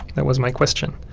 that was my question.